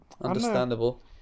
understandable